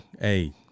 Hey